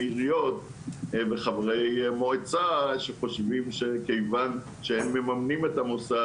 עיריות וחברי מועצה שחושבים שכיוון שהם ממנים את המוסד,